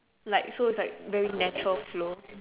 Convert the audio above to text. like so it's like very natural flow